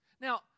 Now